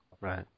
Right